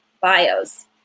bios